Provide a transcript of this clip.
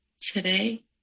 today